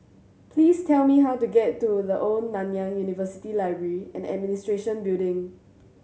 please tell me how to get to The Old Nanyang University Library and Administration Building